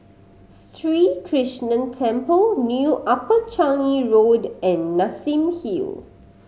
Sri Krishnan Temple New Upper Changi Road and Nassim Hill